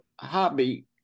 hobby